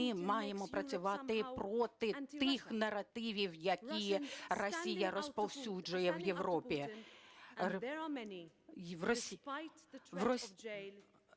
маємо працювати проти тих наративів, які Росія розповсюджує в Європі. В Росії ще